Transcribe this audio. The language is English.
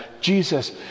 Jesus